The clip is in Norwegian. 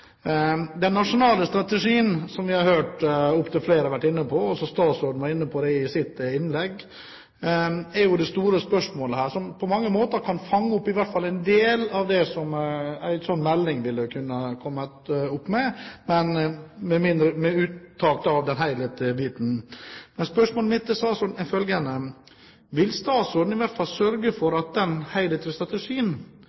Den nasjonale strategien, som opptil flere har vært inne på – også statsråden var inne på det i sitt innlegg – er jo det store spørsmålet her, som på mange måter kan fange opp i hvert fall en del av det som en sånn melding ville kunnet komme opp med, med unntak av den helhetlige strategien. Spørsmålet mitt til statsråden er følgende: Vil statsråden i hvert fall sørge for